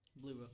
blue